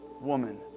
woman